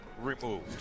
removed